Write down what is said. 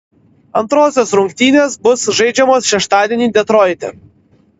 antrosios rungtynės bus žaidžiamos šeštadienį detroite